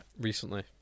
recently